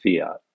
fiat